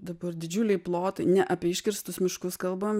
dabar didžiuliai plotai ne apie iškirstus miškus kalbam